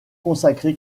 consacré